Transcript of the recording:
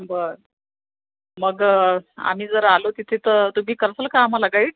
बरं मग आम्ही जर आलो तिथं जर तुम्ही कराल का आम्हाला गाईड